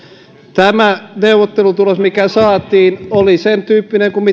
tämä neuvottelutulos mikä saatiin oli sentyyppinen kuin